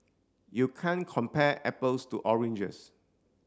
you can't compare apples to oranges